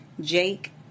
Jake